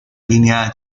línea